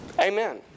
Amen